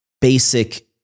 basic